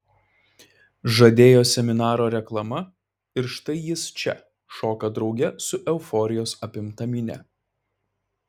žadėjo seminaro reklama ir štai jis čia šoka drauge su euforijos apimta minia